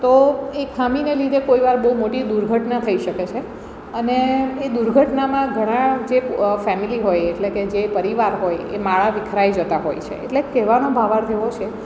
તો એ ખામીને લીધે કોઈકવાર બહુ મોટી દુર્ઘટના થઈ શકે છે અને એ દુર્ઘટનામાં ઘણાં જે ફેમિલી હોય એટલે કે જે પરિવાર હોય એ માળા વિખરાઈ જતા હોય છે એટલે કહેવાનો ભાવાર્થ એવો છે